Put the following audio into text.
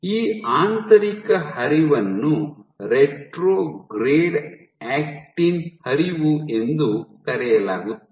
ಈ ಆಂತರಿಕ ಹರಿವನ್ನು ರೆಟ್ರೊಗ್ರೇಡ್ ಆಕ್ಟಿನ್ ಹರಿವು ಎಂದು ಕರೆಯಲಾಗುತ್ತದೆ